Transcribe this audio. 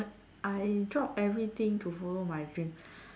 I drop everything to follow my dream